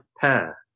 pair